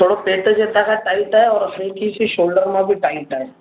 थोरो पेट जे हितां खां टाइट आहे और हल्की सी शोल्डर मां बि टाइट आहे